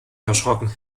erschrocken